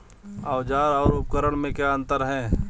औज़ार और उपकरण में क्या अंतर है?